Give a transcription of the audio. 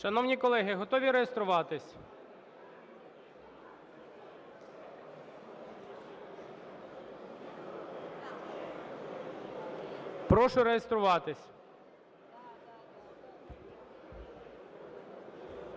Шановні колеги, готові реєструватись? Прошу реєструватись.